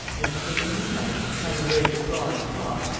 and, taking his knife and cutting away the straw and cloth,